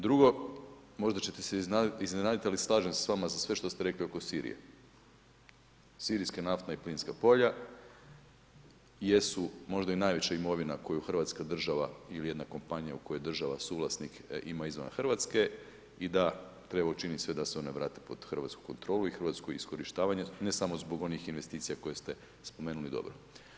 Drugo, možda ćete se iznenaditi, ali slažem se sa vama za sve što ste rekli oko Sirije, sirijska naftna i plinska polja jesu možda i najveća imovina koju Hrvatska država ili jedna kompanija u kojoj je država suvlasnik ima izvan Hrvatske i da treba učiniti sve da se one vrate pod hrvatsku kontrolu i hrvatsko iskorištavanje, ne samo zbog onih investicija koje ste spomenuli dobro.